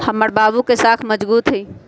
हमर बाबू के साख मजगुत हइ